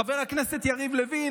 חבר הכנסת יריב לוין,